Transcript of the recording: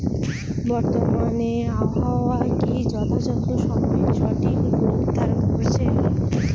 বর্তমানে আবহাওয়া কি যথাযথ সময়ে সঠিক রূপ ধারণ করছে?